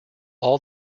all